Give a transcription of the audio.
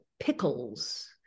pickles